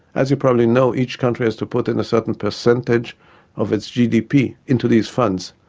as you probably know, each country has to put in a certain percentage of its gdp into these funds.